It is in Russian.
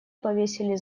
повесили